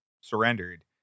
surrendered